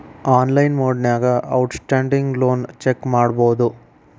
online ಮೊಡ್ನ್ಯಾಗ outstanding loan check ಮಾಡಬೋದು